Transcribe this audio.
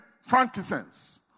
frankincense